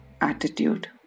attitude